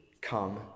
come